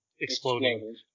exploding